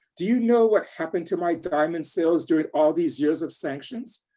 do you know what happened to my diamond sales during all these years of sanctions?